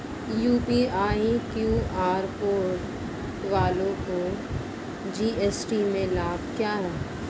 UPI QR code वालों को GST में लाभ क्या है?